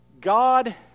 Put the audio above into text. God